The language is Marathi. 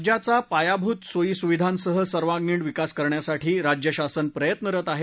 राज्याचा पायाभूत सोयी स्विधांसह सर्वागिण विकास करण्यासाठी राज्य शासन प्रयत्नरत आहे